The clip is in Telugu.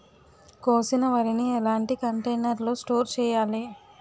కోసిన వరిని ఎలాంటి కంటైనర్ లో స్టోర్ చెయ్యాలి?